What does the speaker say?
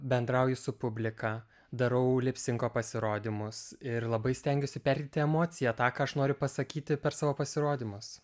bendrauju su publika darau lipsinko pasirodymus ir labai stengiuosi perteikti emociją tą ką aš noriu pasakyti per savo pasirodymus